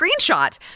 screenshot